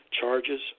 charges